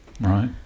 right